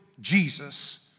Jesus